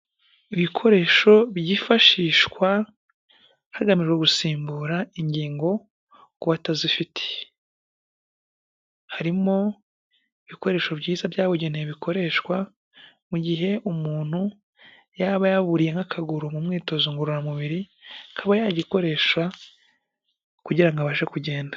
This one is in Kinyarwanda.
Ibikoresho byifashishwa hagamijwe gusimbura ingingo ku batazifite, harimo ibikoresho byiza byabugenewe bikoreshwa mu gihe umuntu yaba yaburiye nk'akaguru mu myitozo ngororamubiri, akaba yagikoresha kugira abashe kugenda.